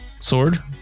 sword